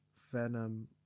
venom